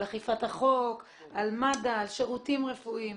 על אכיפת החוק, על מד"א ועל שירותים רפואיים.